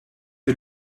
est